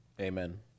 Amen